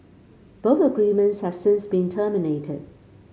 both agreements have since been terminated